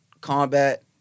combat